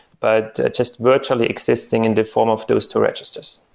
but just virtually existing in the form of those two registers.